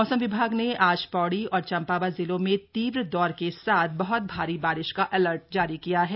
मौसम विभाग ने आज पौड़ी और चंपावत जिलों में तीव्र दौर के साथ बहत भारी बारिश का अलर्ट जारी किया है